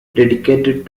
dedicated